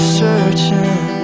searching